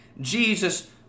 Jesus